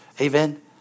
Amen